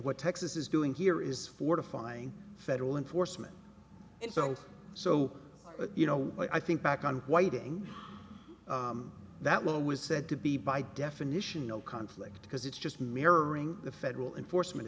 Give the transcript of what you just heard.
what texas is doing here is fortifying federal enforcement and so so that you know i think back on whiting that well was said to be by definition no conflict because it's just mirroring the federal enforcement